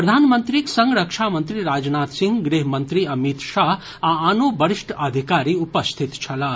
प्रधानमंत्रीक संग रक्षा मंत्री राजनाथ सिंह गृह मंत्री अमित शाह आ आनो वरिष्ठ अधिकारी उपस्थित छलाह